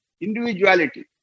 Individuality